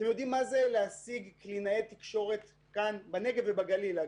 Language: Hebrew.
אתם יודעים מה זה להשיג קלינאי תקשורת בנגב ובגליל?